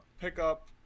pickup